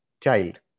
child